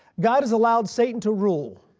god has allowed satan to rule